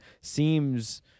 seems